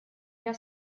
для